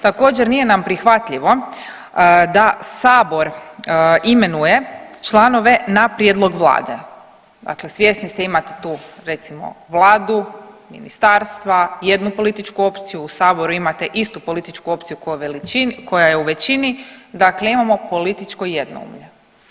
Također nije nam prihvatljivo da sabor imenuje članove na prijedlog vlade, dakle svjesni ste, imate tu recimo vladu, ministarstva, jednu političku opciju, u saboru imate istu političku opciju koja je u većinu, dakle imamo političko jednoumlje.